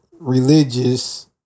religious